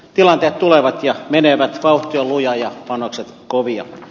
tilanteet tulevat ja menevät vauhti on luja ja panokset kovia